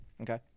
Okay